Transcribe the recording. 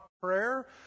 prayer